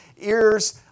ears